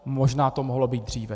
Možná to mohlo být dříve.